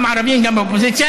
גם ערבים וגם באופוזיציה,